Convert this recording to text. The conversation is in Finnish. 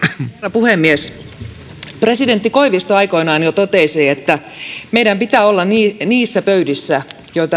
puhemies jo presidentti koivisto aikoinaan totesi että meidän pitää olla niissä pöydissä